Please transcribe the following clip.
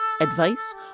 advice